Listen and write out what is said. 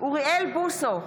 אוריאל בוסו,